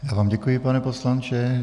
Já vám děkuji, pane poslanče.